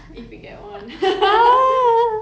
if we get one